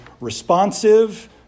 responsive